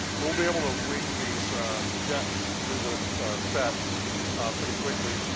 we'll be able to wing these jets through the set pretty quickly.